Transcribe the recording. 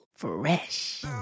Fresh